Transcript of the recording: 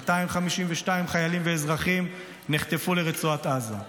252 חיילים ואזרחים נחטפו לרצועת עזה.